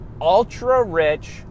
ultra-rich